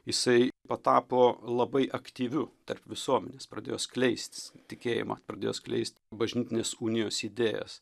jisai patapo labai aktyviu tarp visuomenės pradėjo skleistis tikėjimą pradėjo skleist bažnytinės unijos idėjas